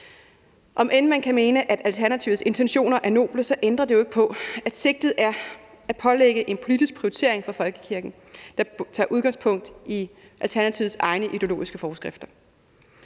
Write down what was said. Om end man kan mene, at Alternativets intentioner er noble, ændrer det jo ikke på, at sigtet er at pålægge en politisk prioritering for folkekirken, der tager udgangspunkt i Alternativets egne ideologiske forskrifter.